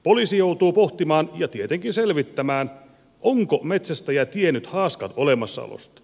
poliisi joutuu pohtimaan ja tietenkin selvittämään onko metsästäjä tiennyt haaskan olemassaolosta